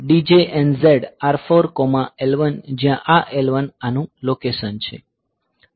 DJNZ R4L1 જ્યાં આ L1 આનું લોકેશન છે